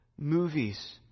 movies